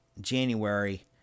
January